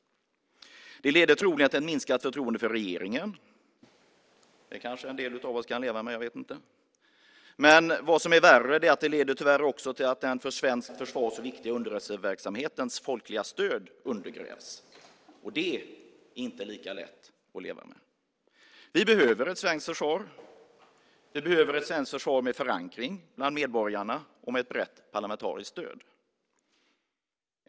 Det leder troligen till ett minskat förtroende för regeringen. Det kanske en del av oss kan leva med, jag vet inte. Vad som är värre är att det tyvärr också leder till att det folkliga stödet undergrävs för den för svenskt försvar så viktiga underrättelseverksamheten. Det är inte lika lätt att leva med. Vi behöver ett svenskt försvar med förankring bland medborgarna och ett brett parlamentariskt stöd.